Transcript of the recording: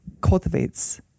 cultivates